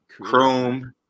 Chrome